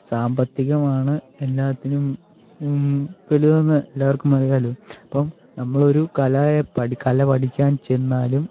സാമ്പത്തികമാണ് എല്ലാത്തിനും വലുതെന്ന് എല്ലാവർക്കും അറിയാമല്ലോ അപ്പം നമ്മളൊരു കലയെ പഠി കല പഠിക്കാൻ ചെന്നാലും